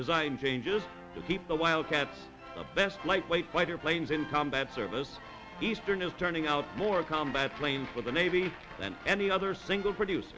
design changes to keep the wildcats the best lightweight fighter planes in combat service eastern is turning out more combat planes for the navy and any other single produce